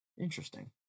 Interesting